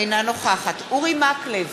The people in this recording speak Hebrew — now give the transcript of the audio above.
אינה נוכחת אורי מקלב,